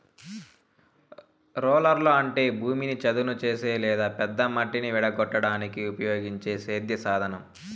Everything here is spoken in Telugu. రోలర్లు అంటే భూమిని చదును చేసే లేదా పెద్ద మట్టిని విడగొట్టడానికి ఉపయోగించే సేద్య సాధనం